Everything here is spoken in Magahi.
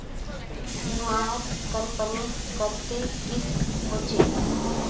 बीमार कंपनी कत्ते किस्म होछे